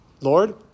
Lord